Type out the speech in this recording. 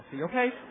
okay